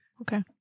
Okay